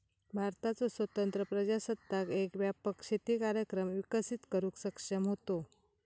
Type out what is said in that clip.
भारताचो स्वतंत्र प्रजासत्ताक एक व्यापक शेती कार्यक्रम विकसित करुक सक्षम होतो